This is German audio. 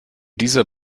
dieser